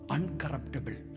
Uncorruptible